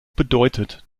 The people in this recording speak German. bedeutet